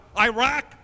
Iraq